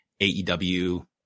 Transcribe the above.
AEW